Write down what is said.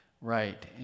right